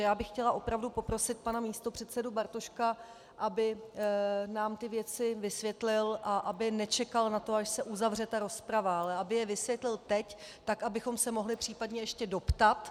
Já bych tedy chtěla opravdu poprosit pana místopředsedu Bartoška, aby nám ty věci vysvětlil, aby nečekal na to, až se uzavře ta rozprava, ale aby je vysvětlil teď tak, abychom se mohli případně ještě doptat.